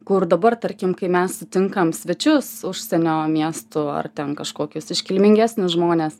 kur dabar tarkim kai mes sutinkam svečius užsienio miestų ar ten kažkokius iškilmingesnius žmones